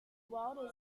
world